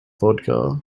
vodka